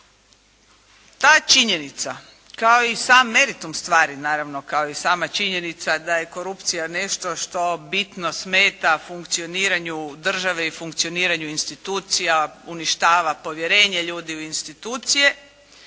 Ta činjenica kao i sam meritum stvari, naravno kao i sama činjenica da je korupcija nešto što bitno smeta funkcioniranju države i funkcioniranju institucija, uništava povjerenje ljudi u institucije,